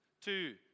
two